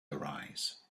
arise